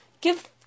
give